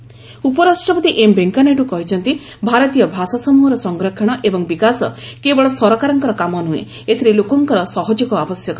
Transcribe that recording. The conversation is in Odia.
ନାଇଡ୍ଡୁ ଲାଙ୍ଗୁଏଜ୍ ଉପରାଷ୍ଟ୍ରପତି ଏମ୍ ଭେଙ୍କିୟାନାଇଡୁ କହିଛନ୍ତି ଭାରତୀୟ ଭାଷା ସମୂହର ସଂରକ୍ଷଣ ଏବଂ ବିକାଶ କେବଳ ସରକାରଙ୍କର କାମ ନୁହେଁ ଏଥିରେ ଲୋକଙ୍କର ସହଯୋଗ ଆବଶ୍ୟକ